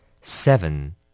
seven